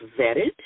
vetted